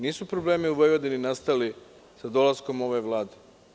Nisu problemi u Vojvodini nastali sa dolaskom ove Vlade.